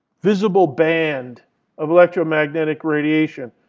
visible band of electromagnetic radiation.